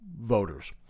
voters